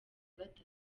gatatu